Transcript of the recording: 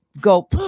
go